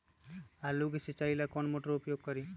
आलू के सिंचाई ला कौन मोटर उपयोग करी?